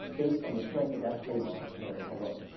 based on the strength of that trademark name alone.